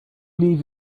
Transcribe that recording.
leave